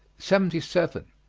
seventy seven.